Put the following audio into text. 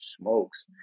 smokes